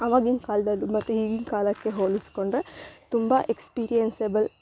ಆವಾಗಿನ ಕಾಲದಲ್ಲು ಮತ್ತು ಈಗಿನ ಕಾಲಕ್ಕೆ ಹೋಲಿಸಿಕೊಂಡ್ರೆ ತುಂಬ ಎಕ್ಸ್ಪೀರಿಯನ್ಸ್ಯೇಬಲ್